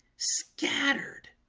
scattered